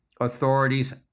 authorities